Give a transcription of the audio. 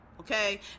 okay